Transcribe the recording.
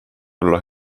olla